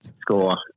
score